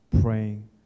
praying